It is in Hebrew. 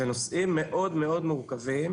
אלו נושאים מאוד מאוד מורכבים,